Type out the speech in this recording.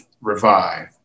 revive